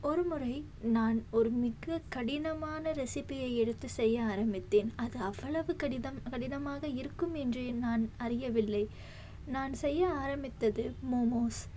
ஒருமுறை நான் ஒரு மிக கடினமான ரெசிப்பியை எடுத்து செய்ய ஆரம்பித்தேன் அது அவ்வளவு கடிதம் கடினமாக இருக்கும் என்று நான் அறியவில்லை நான் செய்ய ஆரம்பித்தது மோமோஸ்